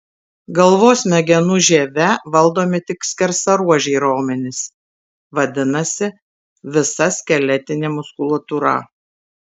galvos smegenų žieve valdomi tik skersaruožiai raumenys vadinasi visa skeletinė muskulatūra